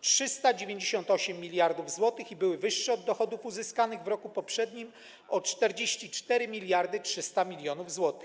398 mld zł i były wyższe od dochodów uzyskanych w roku poprzednim o 44,3 mld zł.